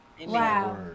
Wow